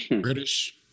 British